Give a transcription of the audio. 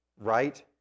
right